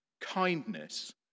kindness